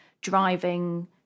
driving